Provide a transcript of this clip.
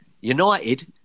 United